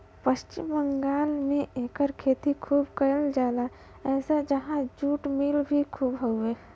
पश्चिम बंगाल में एकर खेती खूब कइल जाला एसे उहाँ जुट मिल भी खूब हउवे